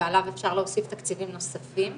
ועליו אפשר להוסיף תקציבים נוספים,